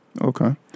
Okay